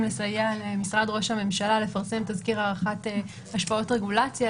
לסייע למשרד ראש הממשלה לפרסם תזכיר הערכת השפעות רגולציה.